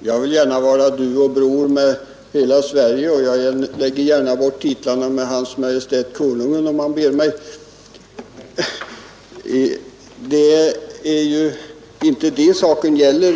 Jag vill helst vara du och bror med hela Sverige, och jag lägger gärna bort titlarna med Hans Majestät Konungen om han ber mig. Det är ju inte detta saken gäller.